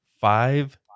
five